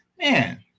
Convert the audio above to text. Man